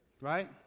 Right